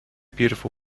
beautiful